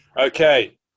Okay